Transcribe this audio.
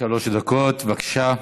עד שלוש דקות, בבקשה.